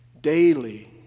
daily